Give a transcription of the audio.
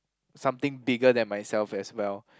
something bigger than myself as well